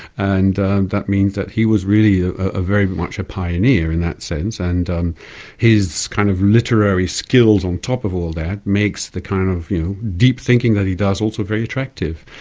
and that means that he was really ah ah very much a pioneer in that sense, and um his kind of literary skills on top of all that, makes the kind of deep thinking that he does also very attractive.